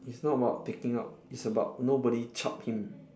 it's not about taking up it's about nobody chup him